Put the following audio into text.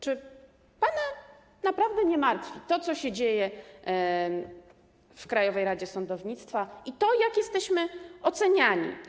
Czy pana naprawdę nie martwi to, co dzieje się w Krajowej Radzie Sądownictwa, i to, jak jesteśmy oceniani?